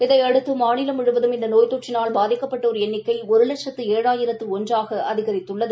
இதையடுத்து மாநிலம் முழுவதும் இந்த நோய் தொற்றினால் பாதிக்கப்பட்டோர் எண்ணிக்கை ஒரு லட்சத்து ஏழாயிரத்து ஒன்றாக ஆக அதிகரித்துள்ளது